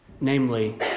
namely